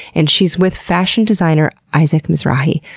and she's with fashion designer isaac mizrahi,